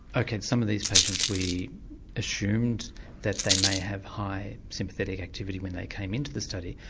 okay, some of these patients, we assumed that they may have high sympathetic activity when they came in to the study,